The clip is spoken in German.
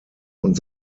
und